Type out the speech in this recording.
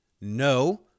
No